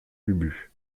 ubu